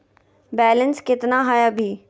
Balance केतना हय अभी?